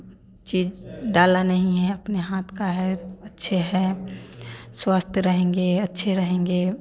चीज़ डाला नहीं है अपने हाथ का है अच्छे है स्वस्थ रहेंगे अच्छे रहेंगे